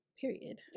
period